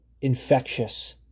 infectious